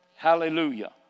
Hallelujah